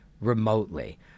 remotely